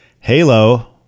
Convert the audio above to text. Halo